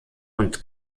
und